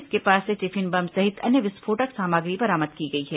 इसके पास से टिफिन बम सहित अन्य विस्फोटक सामग्री बरामद की गई है